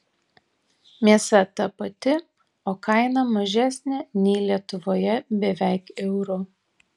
mėsa ta pati o kaina mažesnė nei lietuvoje beveik euru